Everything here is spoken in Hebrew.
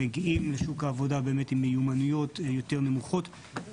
מגיעים לשוק העבודה עם מיומנויות יותר נמוכות,